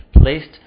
placed